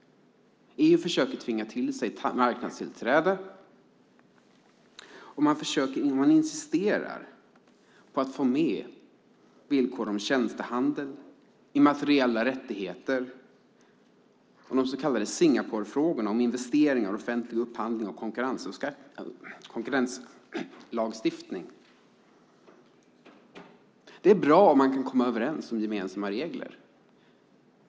EU försöker tvinga till sig marknadstillträde, och man insisterar på att få med villkor om tjänstehandel, immateriella rättigheter och de så kallade Singaporefrågorna om investeringar, offentlig upphandling och konkurrenslagstiftning. Det är bra om man kan komma överens om gemensamma regler.